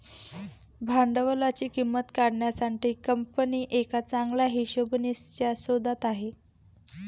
भांडवलाची किंमत काढण्यासाठी कंपनी एका चांगल्या हिशोबनीसच्या शोधात आहे